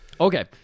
Okay